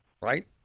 right